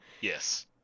Yes